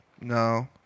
No